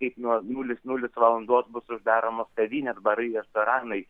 kaip nuo nulis nulis valandos bus uždaromos kavinės barai restoranai